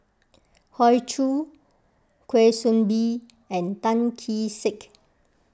Hoey Choo Kwa Soon Bee and Tan Kee Sek